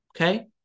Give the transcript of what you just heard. okay